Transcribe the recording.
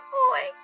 boy